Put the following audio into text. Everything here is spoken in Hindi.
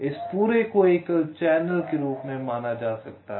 इस पूरे को एकल चैनल के रूप में माना जा सकता है